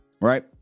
Right